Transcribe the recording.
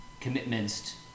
commitments